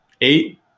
eight